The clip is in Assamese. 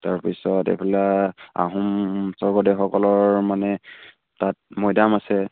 তাৰপিছত এইফালে আহোম স্বৰ্গদেউসকলৰ মানে তাত মৈদাম আছে